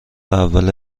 اول